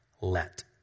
Let